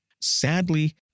Sadly